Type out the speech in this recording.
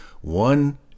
One